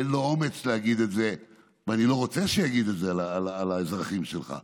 אין לו אומץ להגיד את זה ואני לא רוצה שיגיד את זה על האזרחים שלך,